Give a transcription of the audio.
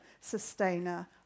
sustainer